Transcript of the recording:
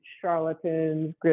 charlatans